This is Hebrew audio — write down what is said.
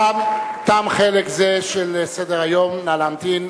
תם חלק זה של סדר-היום, נא להמתין.